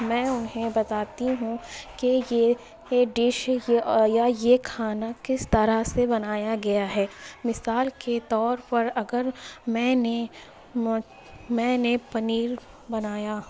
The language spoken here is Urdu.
میں انہیں بتاتی ہوں کہ یہ یہ ڈش یہ یا یہ کھانا کس طرح سے بنایا گیا ہے مثال کے طور پر اگر میں نے میں نے پنیر بنایا